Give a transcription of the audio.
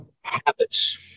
habits